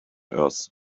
earth